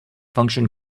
function